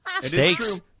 Steaks